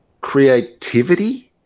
Creativity